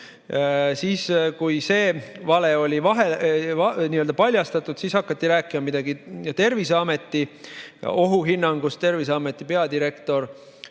Kui see vale oli paljastatud, siis hakati rääkima midagi Terviseameti ohuhinnangust. Terviseameti peadirektor